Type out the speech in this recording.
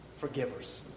forgivers